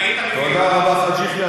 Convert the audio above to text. תודה רבה, חאג' יחיא.